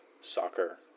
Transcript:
soccer